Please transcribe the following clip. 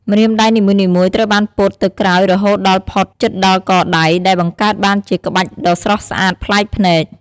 ម្រាមដៃនីមួយៗត្រូវបានពត់ទៅក្រោយរហូតដល់ផុតជិតដល់កដៃ ដែលបង្កើតបានជាក្បាច់ដ៏ស្រស់ស្អាតប្លែកភ្នែក។